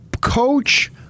coach